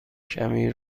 کمی